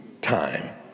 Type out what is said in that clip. time